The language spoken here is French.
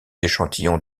échantillons